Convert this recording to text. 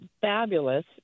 fabulous